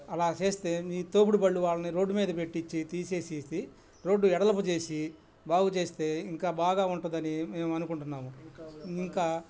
అలా చేస్తే మీ తోప్పుడు బళ్ళు వాళ్ళని రోడ్డు మీద పెట్టిచ్చి తీసేసేసి రోడ్డు ఎడలపు చేసి బాగు చేస్తే ఇంకా బాగా ఉంటుందని మేము అనుకుంటున్నాము ఇంకా